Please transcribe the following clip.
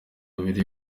abiri